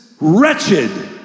wretched